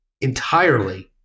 entirely